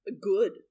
Good